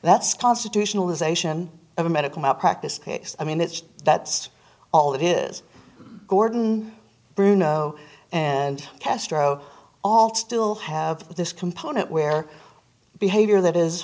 that's constitutional is ation of a medical malpractise case i mean it's that's all it is gordon bruno and castro all still have this component where behavior that is